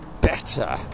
better